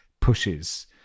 pushes